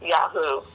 Yahoo